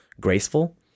graceful